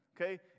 okay